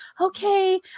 okay